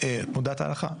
לרמוס את ההלכה.